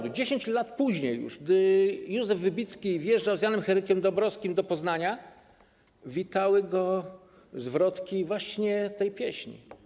10 lat później, gdy Józef Wybicki wjeżdżał z Janem Henrykiem Dąbrowskim do Poznania, witały go zwrotki właśnie tej pieśni.